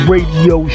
Radio